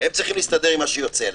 הם צריכים להסתדר עם מה שיוצא להם.